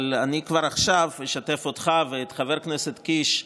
אבל אני כבר עכשיו אשתף אותך ואת חבר הכנסת קיש,